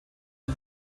und